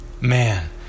Man